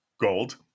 gold